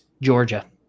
Georgia